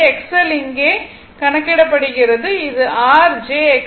XL இங்கே கணக்கிடப்படுகிறது இது r j XL I